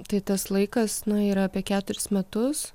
tai tas laikas nu yra apie keturis metus